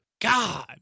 God